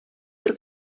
бер